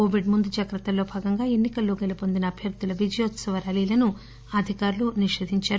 Covid ముందు జాగ్రత్తలలో భాగంగా ఎన్ని కలలో గెలుపొందిన అభ్యర్థుల విజయోత్సవ ర్యాలీలను అధికారులు నిషేధించారు